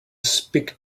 speak